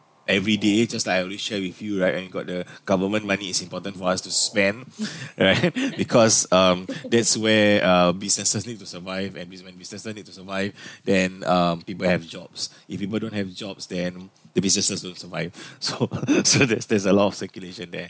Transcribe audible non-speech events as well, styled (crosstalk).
every day just directly share with you right and got the (breath) government money is important for us to spend (breath) right (laughs) because um that's where um businesses need to survive and when businesses need to survive (breath) then uh people have jobs (breath) if people don't have jobs then the businesses don't survive (breath) so (laughs) so there's there's a lot of circulation there